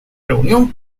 reunión